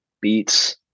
beats